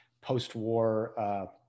post-war